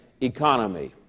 economy